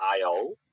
IO